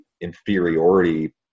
inferiority